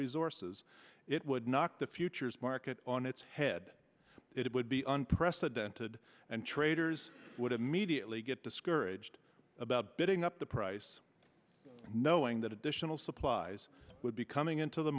resources it would knock the futures market on its head it would be unprecedented and traders would immediately get discouraged about bidding up the price knowing that additional supplies would be coming into the